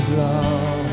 love